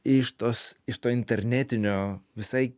iš tos iš to internetinio visai